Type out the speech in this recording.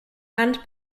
hand